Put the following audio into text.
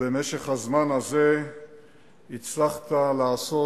ובמשך הזמן הזה הצלחת לעשות,